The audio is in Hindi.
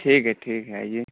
ठीक है ठीक है आइए